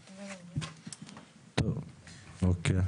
טוב, אוקיי.